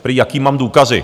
Prý, jaké mám důkazy.